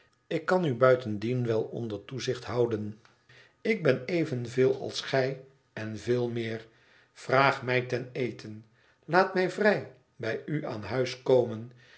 ik kan u buitendien wel onder toezicht houden ik ben evenveel als gij en veel meer vraag mij ten eten laat mij vrij bij u aan huis komen